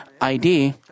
ID